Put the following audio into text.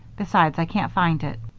besides, i can't find it.